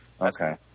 Okay